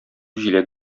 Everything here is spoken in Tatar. җиләк